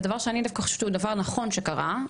זה הדבר שאני חושבת שהוא דבר נכון שקרה,